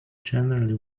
generally